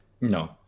No